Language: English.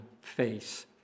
face